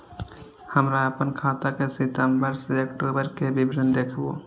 हमरा अपन खाता के सितम्बर से अक्टूबर के विवरण देखबु?